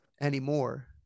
anymore